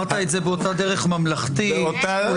אמרת את זה באותה דרך ממלכתית ושקולה?